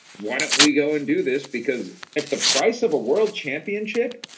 why don't we go and do this? because it's the price of a world championship.